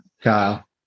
Kyle